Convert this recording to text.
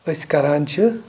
أسۍ کَران چھِ